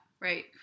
right